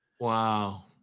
wow